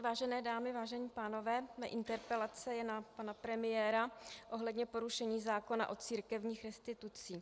Vážené dámy, vážení pánové, má interpelace je na pana premiéra ohledně porušení zákona o církevních restitucích.